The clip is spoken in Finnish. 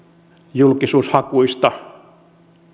julkisuushakuista